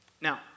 Now